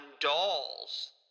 dolls